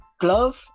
glove